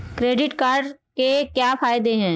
Credit card के क्या फायदे हैं?